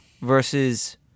versus